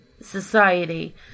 society